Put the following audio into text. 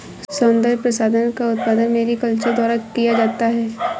सौन्दर्य प्रसाधन का उत्पादन मैरीकल्चर द्वारा किया जाता है